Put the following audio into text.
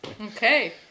Okay